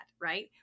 right